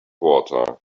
water